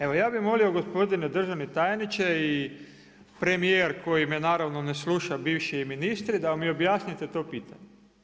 Evo ja bi molio gospodine državni tajniče i premijer koji me naravno ne sluša, bivši ministri, da mi objasnite to pitanje.